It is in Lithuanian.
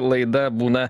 laida būna